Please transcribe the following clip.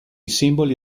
simboli